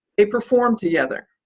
they performed together.